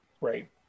Right